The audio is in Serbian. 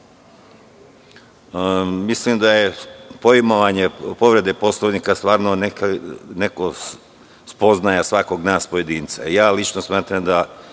Mislim da je poimovanje povrede Poslovnika stvarno spoznaja svakog nas pojedinca. Lično smatram da